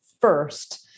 first